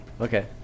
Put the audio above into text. Okay